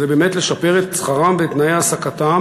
וזה באמת לשפר את שכרם ואת תנאי העסקתם.